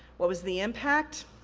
what was the impact?